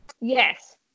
Yes